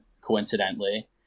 coincidentally